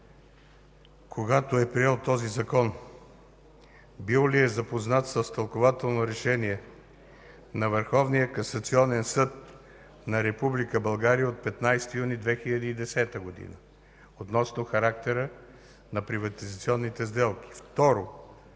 когато е приел този Закон, бил ли е запознат с тълкувателно Решение на Върховния касационен съд на Република България от 15 юни 2010 г. относно характера на приватизационните сделки? Второ,